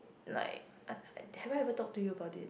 like have I ever talk to you about it